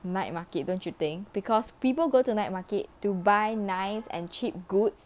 night market don't you think because people go to night market to buy nice and cheap goods